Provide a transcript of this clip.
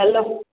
hello